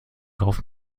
raufen